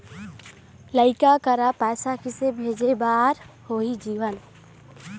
लइका करा पैसा किसे भेजे बार होही जीवन